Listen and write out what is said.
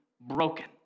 broken